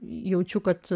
jaučiu kad